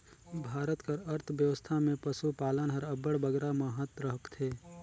भारत कर अर्थबेवस्था में पसुपालन हर अब्बड़ बगरा महत रखथे